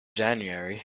january